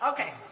Okay